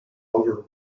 over